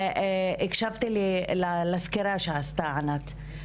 הקשבתי לי לסקירה שעשתה ענת.